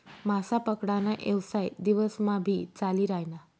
मासा पकडा ना येवसाय दिवस मा भी चाली रायना